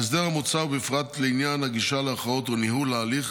ההסדר המוצע ובפרט לעניין הגישה לערכאות ולניהול ההליך